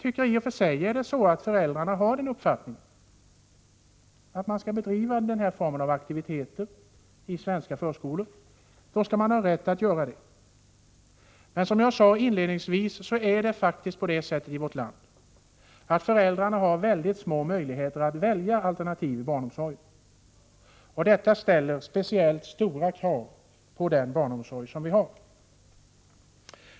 Är det så att föräldrarna har uppfattningen att denna form av aktiviteter skall bedrivas i svenska förskolor skall man ha rätt att göra det. Men som jag sade inledningsvis, föräldrarna i vårt land har mycket små möjligheter att välja alternativ i barnomsorgen, och detta ställer speciellt stora krav på den barnomsorg som finns.